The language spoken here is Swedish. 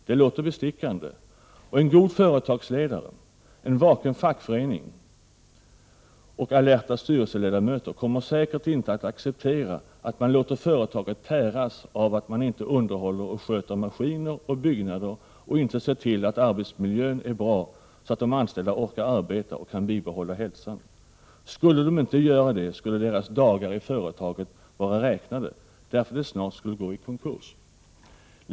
Det låter bestickande, och en god företagsledare, en vaken fackförening och alerta styrelseledamöter kommer säkert inte att acceptera att man låter företaget täras av att man inte underhåller och sköter maskiner och byggnader och inte ser till att arbetsmiljön är bra så att de anställda orkar arbeta och kan bibehålla hälsan. Skulle de inte göra det, skulle deras dagar i företaget snart vara räknade därför att det snart skulle gå i konkurs.